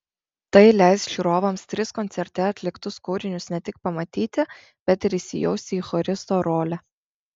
tai leis žiūrovams tris koncerte atliktus kūrinius ne tik pamatyti bet ir įsijausti į choristo rolę